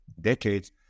decades